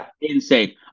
insane